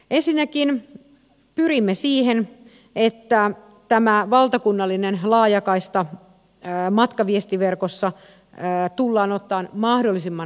ensinnäkin pyrimme siihen että tämä valtakunnallinen laajakaista matkaviestinverkossa tullaan ottamaan mahdollisimman nopeasti käyttöön